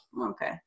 Okay